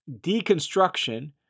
deconstruction